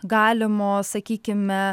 galimo sakykime